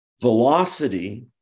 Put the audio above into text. Velocity